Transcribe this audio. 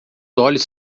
olhos